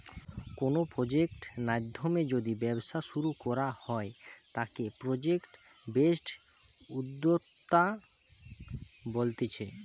কোনো প্রজেক্ট নাধ্যমে যদি ব্যবসা শুরু করা হয় তাকে প্রজেক্ট বেসড উদ্যোক্তা বলতিছে